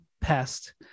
pest